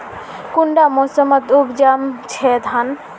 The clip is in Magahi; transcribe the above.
कुंडा मोसमोत उपजाम छै धान?